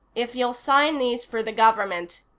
if you'll sign these for the government,